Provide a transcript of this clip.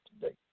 today